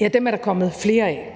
er der kommet flere af.